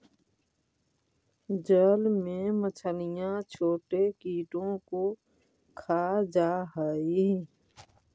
जल में मछलियां छोटे कीटों को खा जा हई